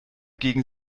gegen